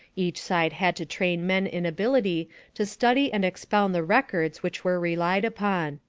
each side had to train men in ability to study and expound the records which were relied upon.